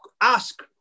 ask